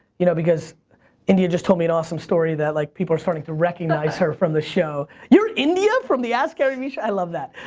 you know, because india just told me an awesome story that like, people are starting to recognize her from the show. you're india from the askgaryvee show? i love that.